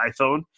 iPhone